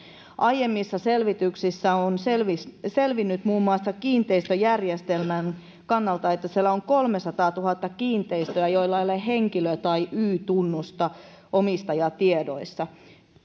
aiemmissa selvityksissä on selvinnyt muun muassa kiinteistöjärjestelmän kannalta että siellä on kolmesataatuhatta kiinteistöä joilla ei ole henkilö tai y tunnusta omistajatiedoissa